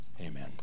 amen